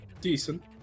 Decent